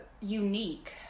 unique